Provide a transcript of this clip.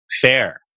fair